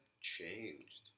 changed